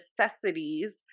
necessities